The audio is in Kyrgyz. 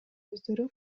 өздөрү